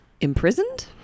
Imprisoned